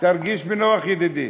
תרגיש בנוח, ידידי.